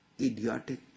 idiotic